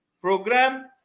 program